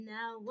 Now